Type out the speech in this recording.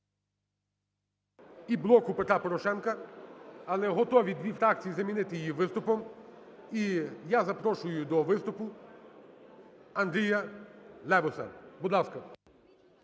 і "Блоку Петра Порошенка", але готові дві фракції замінити її виступом. І я запрошую до виступу Андрія Левуса. Будь ласка.